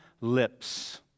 lips